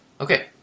Okay